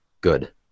good